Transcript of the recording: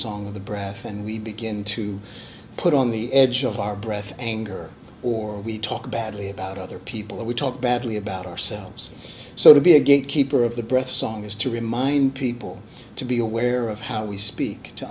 song of the breath and we begin to put on the edge of our breath anger or we talk badly about other people that talk we badly about ourselves so to be a gate keeper of the breath song is to remind people to be aware of how we speak to